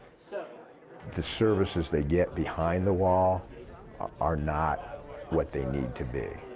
so the services they get behind the wall are not what they need to be.